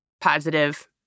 Positive